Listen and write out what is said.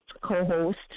co-host